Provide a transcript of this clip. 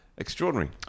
Extraordinary